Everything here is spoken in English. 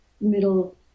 middle